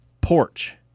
porch